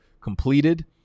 completed